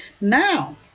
now